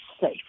safe